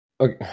Okay